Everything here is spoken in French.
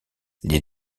les